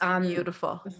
beautiful